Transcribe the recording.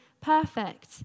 perfect